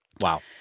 Wow